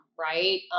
right